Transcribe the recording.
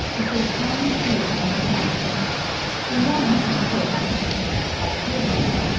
with a tawny hue on the back the young at first are pure white,